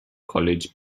college